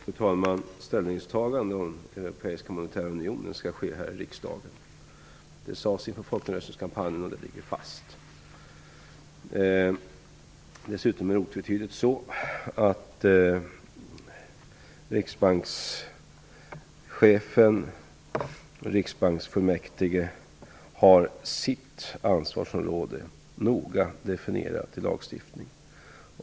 Fru talman! Ställningstagandet om den europeiska monetära unionen skall ske här i riksdagen. Det sades i folkomröstningskampanjen, och det ligger fast. Dessutom är det otvetydigt så, att riksbankschefen och riksbanksfullmäktige har sitt ansvarsområde noga definierat i lagstiftningen.